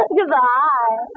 Goodbye